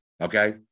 Okay